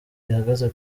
rihagaze